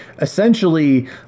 essentially